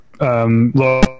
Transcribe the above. low